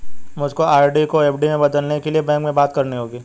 मुझको आर.डी को एफ.डी में बदलने के लिए बैंक में बात करनी होगी